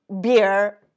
beer